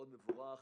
מבורך.